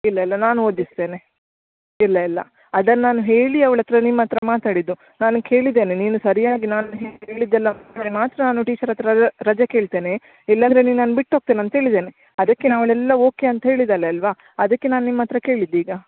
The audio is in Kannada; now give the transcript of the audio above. ಇಲ್ಲ ಇಲ್ಲ ನಾನು ಓದಿಸ್ತೇನೆ ಇಲ್ಲ ಇಲ್ಲ ಅದನ್ನು ನಾನು ಹೇಳಿ ಅವ್ಳ ಹತ್ತಿರ ನಿಮ್ಮ ಹತ್ತಿರ ಮಾತಾಡಿದ್ದು ನಾನು ಕೇಳಿದ್ದೇನೆ ನೀನು ಸರಿಯಾಗಿ ನಾನು ಹೇಳಿದ್ದೆಲ್ಲ ಮಾತ್ರ ನಾನು ಟೀಚರ್ ಹತ್ತಿರ ರಜ ರಜೆ ಕೇಳ್ತೇನೆ ಇಲ್ಲಾಂದ್ರೆ ನಿನ್ನನ್ನು ಬಿಟ್ಟು ಹೋಗ್ತೇನೆ ಅಂತ ಹೇಳಿದ್ದೇನೆ ಅದಕ್ಕೆ ಅವ್ಳು ಎಲ್ಲ ಓಕೆ ಅಂತ ಹೇಳಿದ್ದಾಳೆ ಅಲ್ವಾ ಅದಕ್ಕೆ ನಾನು ನಿಮ್ಮ ಹತ್ತಿರ ಕೇಳಿದ್ದೀಗ